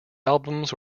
albums